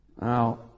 Now